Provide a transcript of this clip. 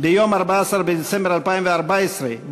ביום 14 בדצמבר 2014,